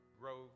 grow